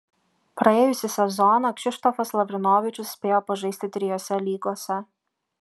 praėjusį sezoną kšištofas lavrinovičius spėjo pažaisti trijose lygose